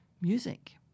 music